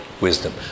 wisdom